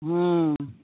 हुँ